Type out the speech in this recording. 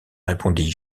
répondis